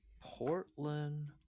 Portland